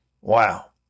wow